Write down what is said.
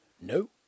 No